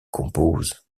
compose